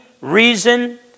reason